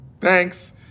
Thanks